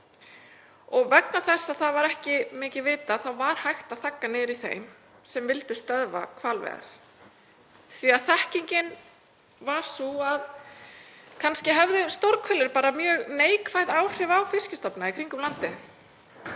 Vegna þess að það var ekki mikið vitað var hægt að þagga niður í þeim sem vildu stöðva hvalveiðar því að þekkingin var sú að kannski hefðu stórhveli bara mjög neikvæð áhrif á fiskstofna í kringum landið.